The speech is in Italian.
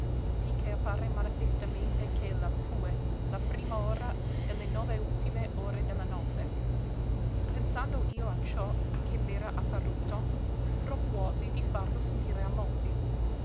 sì che appare manifestamente ch'ella fue la prima ora de le nove ultime ore de la notte pensando io a ciò che m'era apparuto propuosi di farlo sentire a molti